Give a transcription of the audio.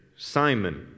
Simon